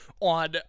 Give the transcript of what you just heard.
on